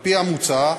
על-פי המוצע,